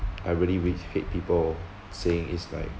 I really really hate people saying is like